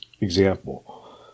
example